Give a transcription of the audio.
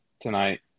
tonight